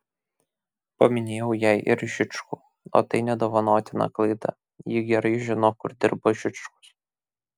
paminėjau jai ir žičkų o tai nedovanotina klaida ji gerai žino kur dirba žičkus